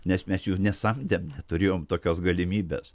nes mes jų nesamdėm neturėjom tokios galimybės